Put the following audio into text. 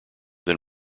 than